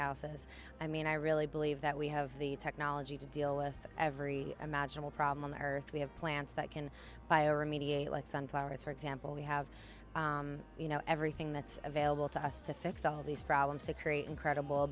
houses i mean i really believe that we have the technology to deal with every imaginable problem on the earth we have plants that can bio remediate like sunflowers for example we have you know everything that's available to us to fix all these problems to create incredible